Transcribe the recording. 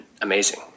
amazing